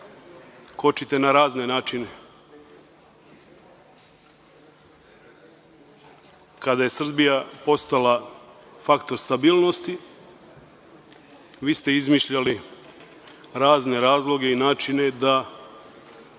Kočite na razne načine. Kada je Srbija postala faktor stabilnosti, vi ste izmišljali razne razloge i načine da